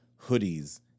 hoodies